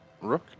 Rook